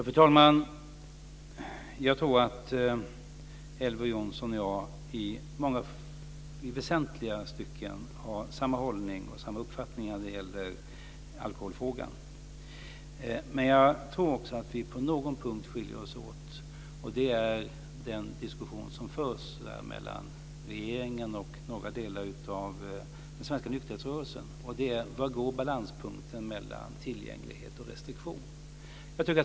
Fru talman! Jag tror att Elver Jonsson och jag i väsentliga stycken har samma hållning och uppfattning när det gäller alkoholfrågan. Men jag tror att vi på någon punkt skiljer oss åt. Det gäller den diskussion som förs mellan regeringen och vissa delar av den svenska nykterhetsrörelsen när det gäller frågan: Var går balanspunkten mellan tillgänglighet och restriktion?